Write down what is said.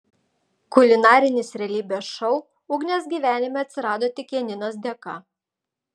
kulinarinis realybės šou ugnės gyvenime atsirado tik janinos dėka